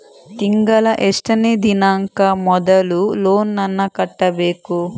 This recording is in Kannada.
ತಿಂಗಳ ಎಷ್ಟನೇ ದಿನಾಂಕ ಮೊದಲು ಲೋನ್ ನನ್ನ ಕಟ್ಟಬೇಕು?